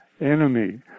enemy